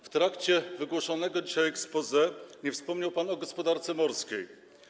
W trakcie wygłoszonego dzisiaj exposé nie wspomniał pan o gospodarce morskiej.